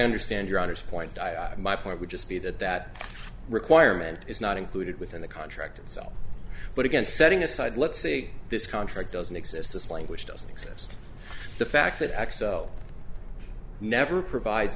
understand your honor's point my point would just be that that requirement is not included within the contract itself but again setting aside let's see this contract doesn't exist as language doesn't exist the fact that x l never provide